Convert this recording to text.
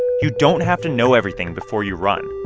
you don't have to know everything before you run.